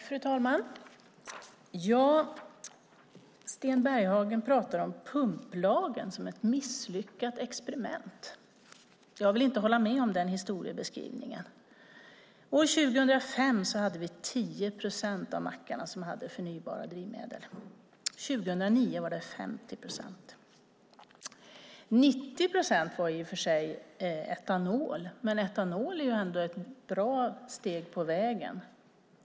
Fru talman! Sten Bergheden talar om pumplagen som ett misslyckat experiment. Jag vill inte hålla med om den historieskrivningen. År 2005 hade 10 procent av mackarna förnybara drivmedel. År 2009 var det 50 procent. 90 procent var i och för sig etanol, men etanol är ändå ett bra steg på vägen.